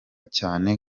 cyane